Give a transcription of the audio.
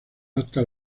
hasta